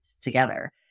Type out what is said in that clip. together